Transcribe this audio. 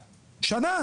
שנה?